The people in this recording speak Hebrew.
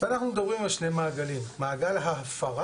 ואנחנו מדברים על שני מעגלים, מעגל ההפרה,